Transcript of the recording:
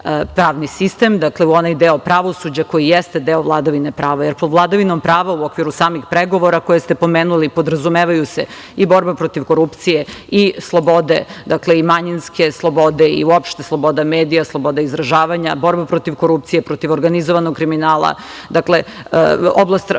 pravni sistem, u onaj deo pravosuđa koji jeste deo vladavine prava. Pod vladavinom prava, u okviru samih pregovora koje ste pomenuli, podrazumevaju se i borba protiv korupcije i slobode, manjinske slobode, i uopšte sloboda medija, sloboda izražavanja, borba protiv korupcije, protiv organizovanog kriminala, procesuiranje